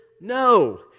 no